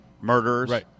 murderers